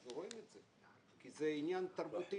אנחנו רואים את זה כי זה עניין תרבותי.